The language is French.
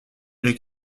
j’ai